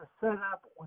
setup